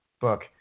book